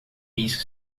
isso